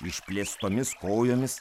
išplėstomis kojomis